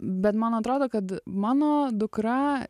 bet man atrodo kad mano dukra